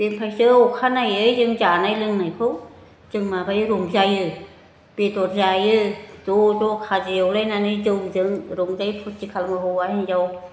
बेनिफ्रायसो अखानायै जों जानाय लोंनायखौ जों माबायो रंजायो बेदर जायो ज' ज' खाजि एवलायनानै जौजों रंजायै फुरथि खालामो हौवा हिनजाव